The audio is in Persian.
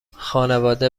خانواده